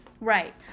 right